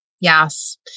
Yes